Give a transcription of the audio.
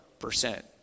percent